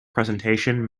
presentation